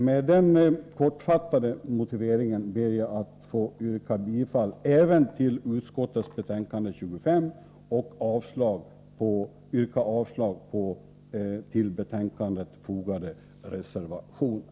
Med den kortfattade motiveringen ber jag att få yrka bifall till utskottets hemställan även i betänkande nr 25 och avslag på till betänkandet fogade reservationer.